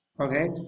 Okay